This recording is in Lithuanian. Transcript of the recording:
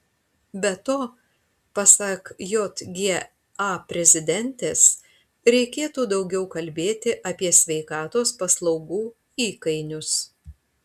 be to pasak jga prezidentės reikėtų daugiau kalbėti apie sveikatos paslaugų įkainius